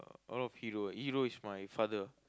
a lot of hero hero is my father